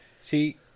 See